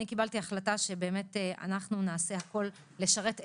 אני קיבלתי החלטה שאנחנו נעשה הכול לשרת אתכם,